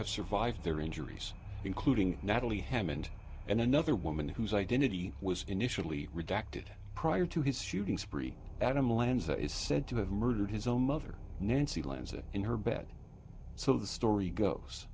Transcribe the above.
have survived their injuries including natalie hammond and another woman whose identity was initially redacted prior to his shooting spree adam lanza is said to have murdered his own mother nancy lanza in her bed so the story goes